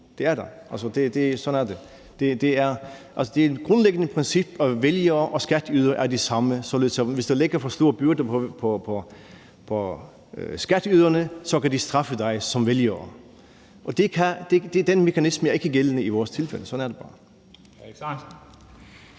er det. Det er et grundlæggende princip, at vælgere og skatteydere er de samme, således at hvis der bliver lagt for store byrder på skatteyderne, kan de straffe dig som vælgere. Det er den mekanisme, der ikke er gældende i vores tilfælde